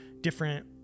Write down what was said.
different